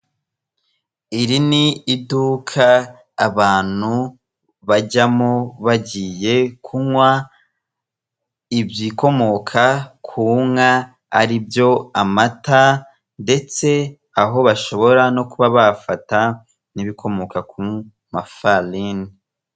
Iri ni iduka abantu bajyamo bagiye kunywa ibikomoka ku nka aribyo amata, ndetse aho bashobora no kuba bafata ibikomoka ku mafarini.